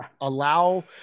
allow